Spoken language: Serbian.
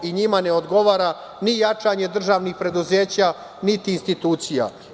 Njima ne odgovara ni jačanje državnih preduzeća, niti institucija.